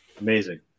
amazing